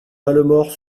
malemort